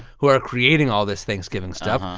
who are creating all this thanksgiving stuff. ah